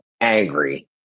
angry